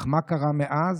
אך מה קרה מאז?